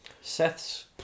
Seth's